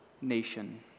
nation